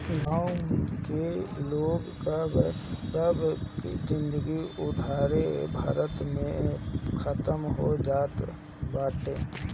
गांव के लोग कअ सब जिनगी उधारे भरत में खतम हो जात बाटे